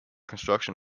construction